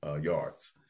yards